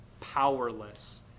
powerless